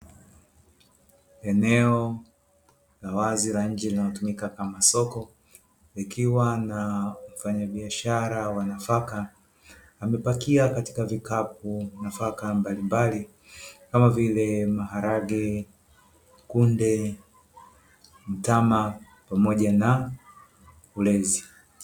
Eneo la wazi la nje linalotumika kama soko likiwa na mfanyabiashara wa nafaka amepakia katika vikapau nafaka mbalimbali kama vile: maharage, kunde, mtama pamoja na ulezi.